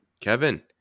Kevin